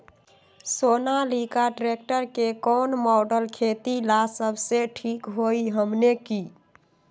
Sonalika tractor के कौन model खेती ला सबसे ठीक होई हमने की?